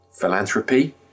philanthropy